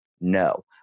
no